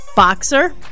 Boxer